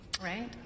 right